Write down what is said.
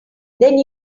then